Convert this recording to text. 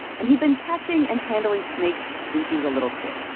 and he'd been catching and handling snakes since he was a little kid.